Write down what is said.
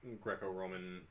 Greco-Roman